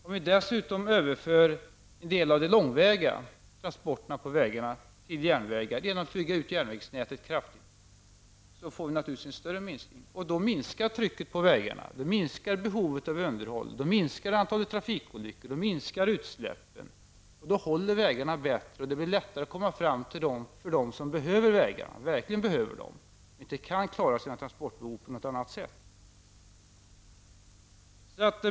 Om vi dessutom överför en del av de långväga transporterna på vägarna till järnväg genom att bygga ut järnvägsnätet kraftigt, får vi naturligtvis en större minskning, och då minskar trycket på vägarna. Då minskar behovet av underhåll, antalet trafikolyckor och utsläppen, och då håller vägarna bättre. Det blir lättare att komma fram för dem som verkligen behöver vägarna och inte kan klara sina transportbehov på något annat sätt.